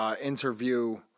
interview